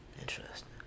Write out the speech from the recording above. Interesting